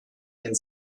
and